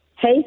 Hey